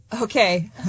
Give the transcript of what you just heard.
okay